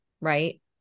right